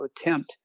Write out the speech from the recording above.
attempt